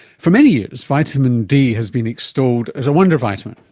for many years vitamin d has been extolled as a wonder vitamin,